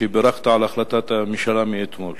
שבירכת על החלטת הממשלה מאתמול.